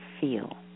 feel